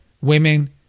women